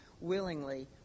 willingly